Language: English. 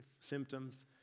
symptoms